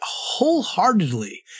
wholeheartedly